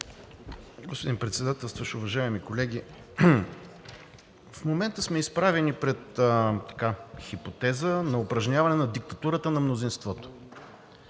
Господин Председател, уважаеми колеги! В момента сме изправени пред хипотеза на упражняване на диктатурата на мнозинството.